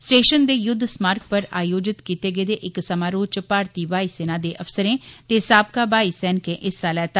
station दे युद्ध स्मारक पर आयोजित कीते गेदे इक समारोह च भारती हवाई सेना दे अफसरें ते साबका हवाई सैनिकें हिस्सा लैता